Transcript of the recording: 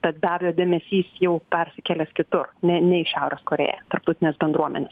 tad be abejo dėmesys jau persikėlęs kitur ne ne į šiaurės korėją tarptautinės bendruomenės